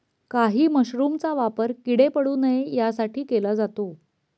काही मशरूमचा वापर किडे पडू नये यासाठी केला जातो